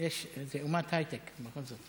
זאת אומת הייטק, בכל זאת.